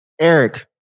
eric